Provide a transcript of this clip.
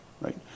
right